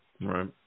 Right